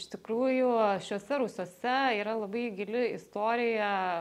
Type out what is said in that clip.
iš tikrųjų šiuose rūsiuose yra labai gili istorija